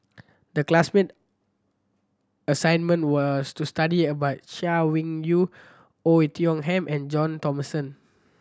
the classmate assignment was to study about Chay Weng Yew Oei Tiong Ham and John Thomson